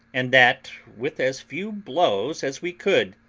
and that with as few blows as we could.